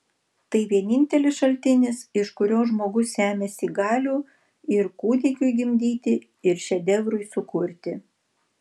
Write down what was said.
tai vienintelis šaltinis iš kurio žmogus semiasi galių ir kūdikiui gimdyti ir šedevrui sukurti